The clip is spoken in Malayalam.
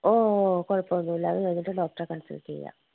ഓ കുഴപ്പം ഒന്നുമില്ല അത് കഴിഞ്ഞിട്ടും ഡോക്ടറെ കോൺസൾട്ടു ചെയ്യാം